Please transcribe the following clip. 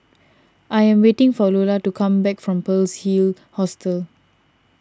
I am waiting for Lola to come back from Pearl's Hill Hostel